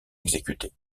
exécutée